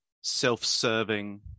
self-serving